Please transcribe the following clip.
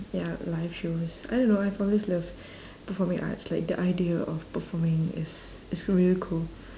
ya live shows I don't know I've always loved performing arts like the idea of performing is is really cool